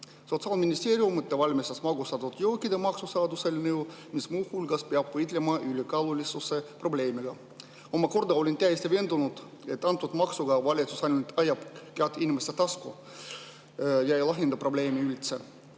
Sotsiaalministeerium valmistas ette magustatud jookide maksu seaduse eelnõu, mis muu hulgas peab võitlema ülekaalulisuse probleemiga. Omakorda olen täiesti veendunud, et antud maksuga valitsus ainult ajab kätt inimeste tasku ja ei lahenda probleemi üldse.